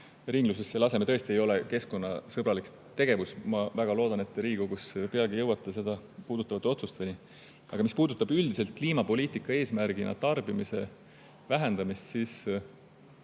ringlusesse laseme – see tõesti ei ole keskkonnasõbralik tegevus. Ma väga loodan, et te Riigikogus peagi jõuate seda puudutavate otsusteni. Mis puudutab üldiselt kliimapoliitika eesmärgina tarbimise vähendamist, siis